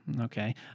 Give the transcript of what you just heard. okay